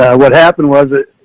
what happened was it?